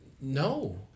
no